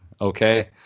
Okay